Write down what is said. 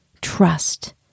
Trust